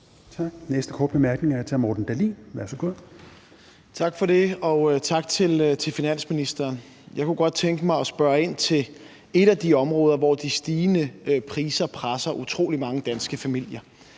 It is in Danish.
Tak. Den næste korte bemærkning er til hr. Morten Dahlin. Værsgo. Kl. 16:52 Morten Dahlin (V): Tak for det, og tak til finansministeren. Jeg kunne godt tænke mig at spørge ind til et af de områder, hvor de stigende priser presser utrolig mange danske familier,